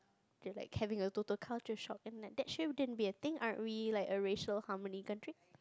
they were like having a total culture shock and like that shouldn't be a thing aren't we like a racial harmony country